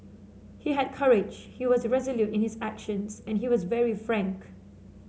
he had courage he was resolute in his actions and he was very frank